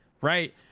right